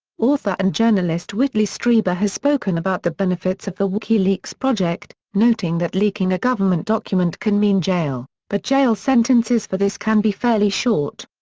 author and journalist whitley strieber has spoken about the benefits of the wikileaks project, noting that leaking a government document can mean jail, but jail sentences for this can be fairly short.